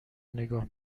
نگاه